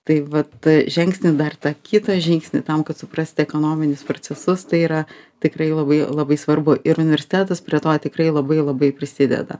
tai vat žengsim dar tą kitą žingsnį tam kad suprasti ekonominius procesus tai yra tikrai labai labai svarbu ir universitetas prie to tikrai labai labai prisideda